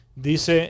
Dice